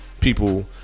people